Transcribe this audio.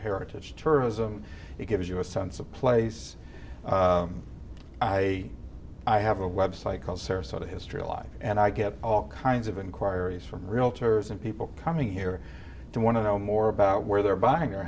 heritage tourism it gives you a sense of place i i have a website called sarasota history alive and i get all kinds of inquiries from realtors and people coming here to want to know more about where they're buying